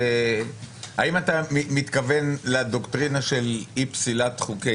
האם אתה מתכוון לדוקטרינה של אי פסילת חוקי